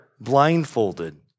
blindfolded